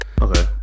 okay